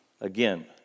Again